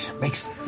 Makes